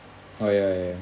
oh ya ya